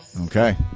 Okay